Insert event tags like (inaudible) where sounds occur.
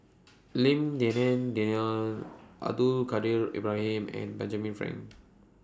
Lim Denan Denon Abdul Kadir Ibrahim and Benjamin Frank (noise)